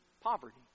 poverty